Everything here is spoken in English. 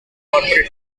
corporate